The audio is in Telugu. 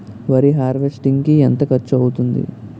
వరి హార్వెస్టింగ్ కి ఎంత ఖర్చు అవుతుంది?